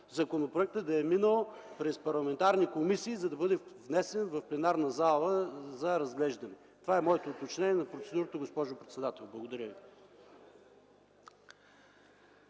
законопроектът да е минал през парламентарни комисии, за да бъде внесен за разглеждане в пленарната зала. Това е моето уточнение на процедурата, госпожо председател. Благодаря ви.